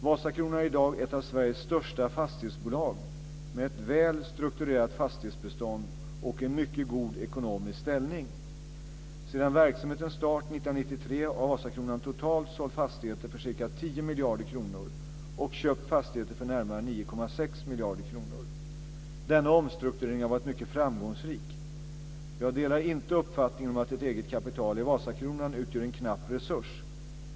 Vasakronan är i dag ett av Sveriges största fastighetsbolag med ett väl strukturerat fastighetsbestånd och en mycket god ekonomisk ställning. Sedan verksamhetens start 1993 har Vasakronan totalt sålt fastigheter för ca 10 miljarder kronor och köpt fastigheter för närmare 9,6 miljarder kronor. Denna omstrukturering har varit mycket framgångsrik. Jag delar inte uppfattningen att eget kapital i Vasakronan utgör en knapp resurs.